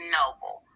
noble